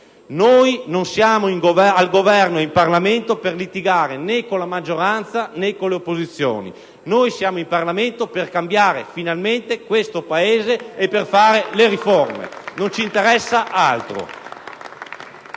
Noi non siamo al Governo e in Parlamento per litigare, né con la maggioranza, né con le opposizioni: noi siamo in Parlamento per cambiare finalmente questo Paese e per fare le riforme. Non ci interessa altro.